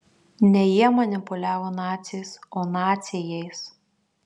ne jie manipuliavo naciais o naciai jais